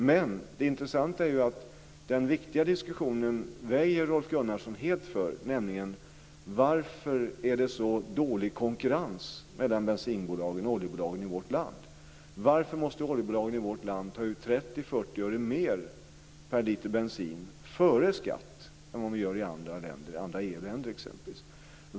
Men det intressanta är att Rolf Gunnarsson väjer helt för den viktiga diskussionen, nämligen: Varför är det så dålig konkurrens mellan bensinbolagen och mellan oljebolagen i vårt land? Varför måste oljebolagen i vårt land ta ut 30-40 öre mer per liter bensin före skatt än vad man gör i andra länder, andra EU länder exempelvis?